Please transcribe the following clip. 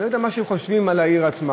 אני לא יודע מה אנשים חושבים על העיר עצמה,